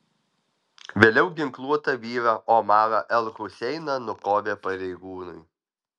vėliau ginkluotą vyrą omarą el huseiną nukovė pareigūnai